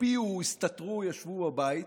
הקפיאו או הסתתרו או ישבו בבית,